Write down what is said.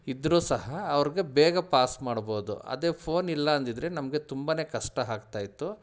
ಇದ್ದರೂ ಸಹ ಅವ್ರಿಗೆ ಬೇಗ ಪಾಸ್ ಮಾಡ್ಬೋದು ಅದೇ ಫೋನ್ ಇಲ್ಲ ಅಂದಿದ್ದರೆ ನಮಗೆ ತುಂಬ ಕಷ್ಟ ಆಗ್ತಾ ಇತ್ತು